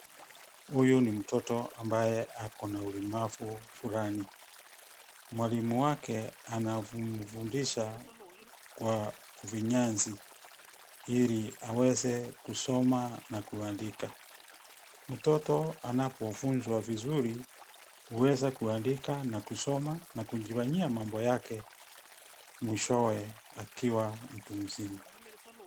Huyu ni mtoto ambaye ako na ulemavu fulani. Mwalimu wake anamfundisha kwa ufinyanzi iliaweze kusoma na kuandika. Mtoto anapofunzwa vizuri huweza kuandika na kusoma na kujifanyia mambo yake mwishowe akiwa mtu mzima.